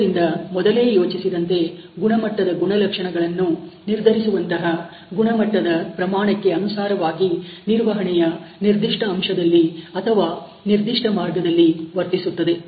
ಆದ್ದರಿಂದ ಮೊದಲೇ ಯೋಚಿಸಿದಂತೆ ಗುಣಮಟ್ಟದ ಗುಣಲಕ್ಷಣಗಳನ್ನು ನಿರ್ಧರಿಸುವಂತಹ ಗುಣಮಟ್ಟದ ಪ್ರಮಾಣಕ್ಕೆ ಅನುಸಾರವಾಗಿ ನಿರ್ವಹಣೆಯು ನಿರ್ದಿಷ್ಟ ಅಂಶದಲ್ಲಿ ಅಥವಾ ನಿರ್ದಿಷ್ಟ ಮಾರ್ಗದಲ್ಲಿ ವರ್ತಿಸುತ್ತದೆ